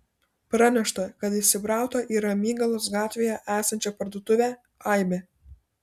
pranešta kad įsibrauta į ramygalos gatvėje esančią parduotuvę aibė